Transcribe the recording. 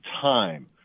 time